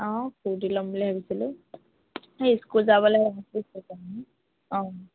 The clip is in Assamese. অঁ কুৰ্টি ল'ম বুলি ভাবিছিলোঁ এই স্কুল যাবলে অঁ